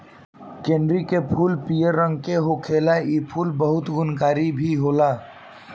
कनेरी के फूल पियर रंग के होखेला इ फूल बहुते गुणकारी भी होला